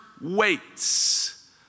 waits